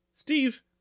Steve